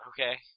Okay